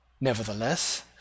Nevertheless